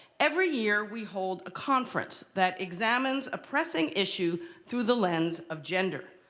every year we hold a conference that examines a pressing issue through the lens of gender.